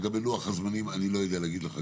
לגבי לוח הזמנים, אני לא יודע להגיד לכם